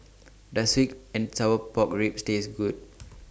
Does Sweet and Sour Pork Ribs Taste Good